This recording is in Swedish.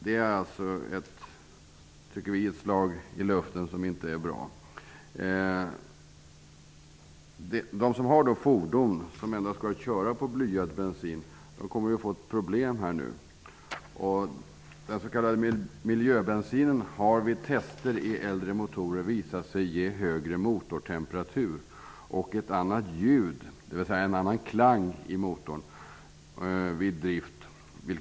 Vi tycker att förslaget är ett slag i luften, och det är inte bra. De som har fordon som endast går att köra på blyad bensin kommer att få problem. Den s.k. miljöbensinen har vid tester i äldre motorer visat sig ge högre motortemperatur och ett annat ljud eller en annan klang i motorn då fordonet körs.